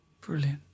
Brilliant